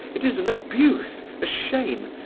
it is an abuse, a shame,